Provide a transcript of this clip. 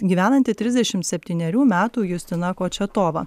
gyvenanti trisdešimt septynerių metų justina kočetova